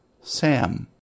Sam